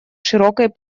широкой